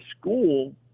school